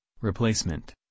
replacement